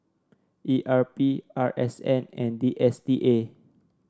E R P R S N and D S T A